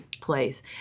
place